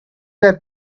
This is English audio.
that